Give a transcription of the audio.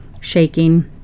shaking